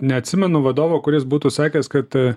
neatsimenu vadovo kuris būtų sakęs kad